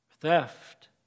theft